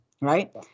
right